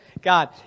God